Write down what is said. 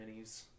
minis